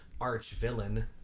arch-villain